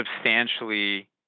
substantially